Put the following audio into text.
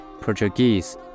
Portuguese